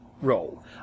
role